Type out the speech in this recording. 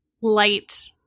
light